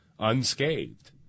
unscathed